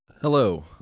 Hello